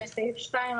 אחת לסעיף 2,